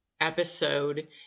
episode